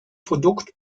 produkt